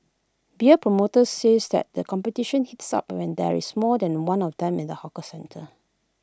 beer promoters says that the competition heats up when there is more than one of them in the hawker centre